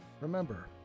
Remember